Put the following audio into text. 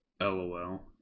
LOL